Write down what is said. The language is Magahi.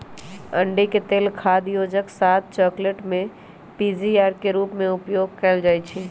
अंडिके तेल खाद्य योजक, स्वाद, चकलेट में पीजीपीआर के रूप में उपयोग कएल जाइछइ